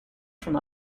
from